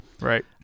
Right